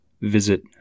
visit